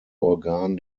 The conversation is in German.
organ